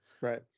Right